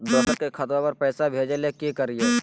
दोसर के खतवा पर पैसवा भेजे ले कि करिए?